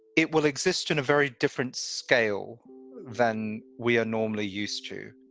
it will exist in a very different scale than we are normally used to